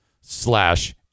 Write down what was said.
slash